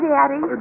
Daddy